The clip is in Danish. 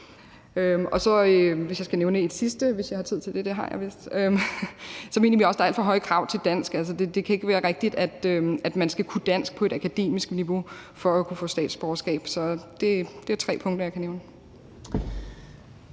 Og hvis jeg skal nævne et sidste punkt – hvis jeg har tid til det, det har jeg vist – mener vi også, der er alt for høje krav til dansk. Altså, det kan ikke være rigtigt, at man skal kunne dansk på et akademisk niveau for at kunne få statsborgerskab. Så det er tre punkter, jeg kan nævne.